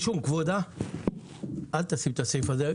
כבודה, אל תשים את הסעיף הזה.